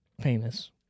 famous